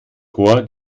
chor